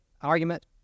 argument